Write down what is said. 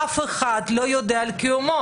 אבל אף איד לא יודע על קיומו.